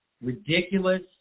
Ridiculous